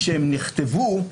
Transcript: כשהם נכתבו,